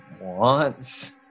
wants